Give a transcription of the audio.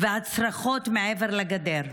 והצרחות מעבר לגדר.